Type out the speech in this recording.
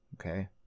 okay